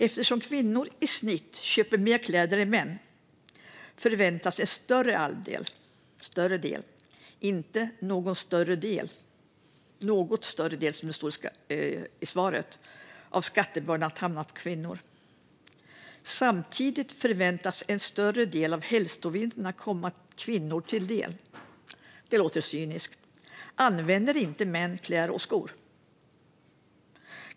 Eftersom kvinnor i snitt köper mer kläder än män förväntas en större del, inte en "något större del", som sägs i svaret, av skattebördan hamna på kvinnor. Samtidigt förväntas en större del av hälsovinsterna komma kvinnor till del. Detta låter cyniskt. Använder inte män kläder och skor?